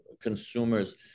consumers